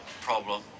problem